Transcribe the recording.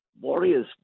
Warriors